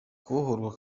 kubohorwa